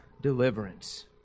deliverance